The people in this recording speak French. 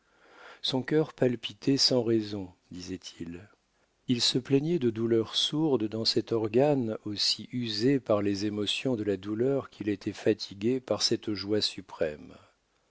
son cœur palpitait sans raison disait-il il se plaignait de douleurs sourdes dans cet organe aussi usé par les émotions de la douleur qu'il était fatigué par cette joie suprême